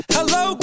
Hello